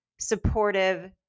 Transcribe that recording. supportive